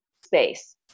space